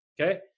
Okay